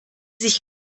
sich